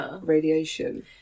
radiation